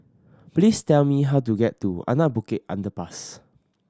please tell me how to get to Anak Bukit Underpass